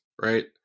right